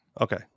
okay